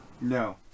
No